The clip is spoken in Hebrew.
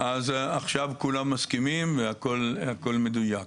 בסדר, אז עכשיו כולם מסכימים והכול מדויק.